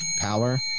power